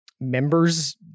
members